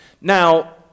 now